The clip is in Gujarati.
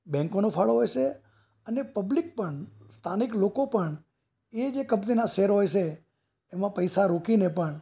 બૅન્કોનો ફાળો હોય છે અને પબ્લિક પણ સ્થાનિક લોકો પણ એ જે કંપનીના શૅર હોય છે એમાં પૈસા રોકીને પણ